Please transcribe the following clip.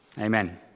Amen